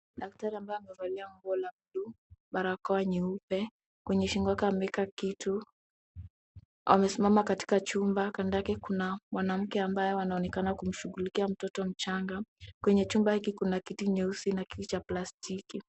Daktari ambaye amevalia nguo la blue barakoa nyeupe, kwenye shingo yake ameweka kitu, amesimama katika chumba kando yake kuna wanamke ambaye wanaonekana kumushugulikia mtoto mchanga, kwenye chumba hiki kuna kiti nyeusi na kiti cha plastiki.